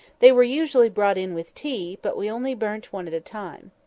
they were usually brought in with tea but we only burnt one at a time.